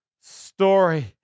story